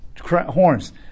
horns